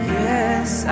yes